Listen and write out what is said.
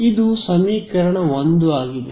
ಇದು ಸಮೀಕರಣ ೧ ಆಗಿದೆ